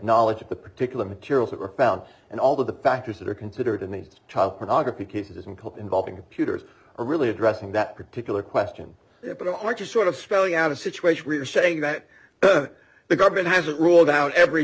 knowledge of the particular materials that were found and all the factors that are considered in these top monogamy cases in cook involving pewters are really addressing that particular question but i want to sort of spelling out a situation where you're saying that the government hasn't ruled out every